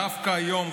דווקא היום,